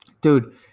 Dude